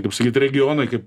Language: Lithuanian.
kaip sakyt regionai kaip